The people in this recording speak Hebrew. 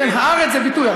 כן, הארץ זה ביטוי.